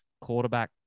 quarterback